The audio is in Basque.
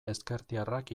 ezkertiarrak